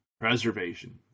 preservation